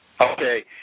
Okay